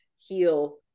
heal